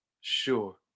Sure